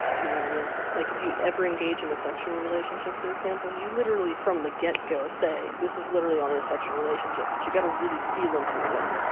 you know what i mean? like if you ever engage in a sexual relationship, for example, you literally from the get go say this is literally only a sexual relationship. but you've gotta really feel into a woman,